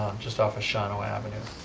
just off of shawano avenue.